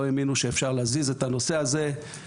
לא האמינו שאפשר להזיז את הנושא הזה.